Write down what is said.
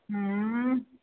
हुँउअऽ